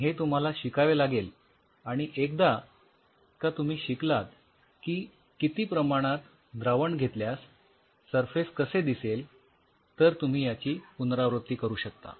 पण हे तुम्हाला शिकावे लागेल आणि एकदा का तुम्ही शिकलात की किती प्रमाणात द्रावण तयार केल्यास सरफेस कसे दिसेल तर तुम्ही याची पुनरावृत्ती करू शकता